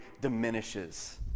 diminishes